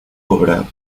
obra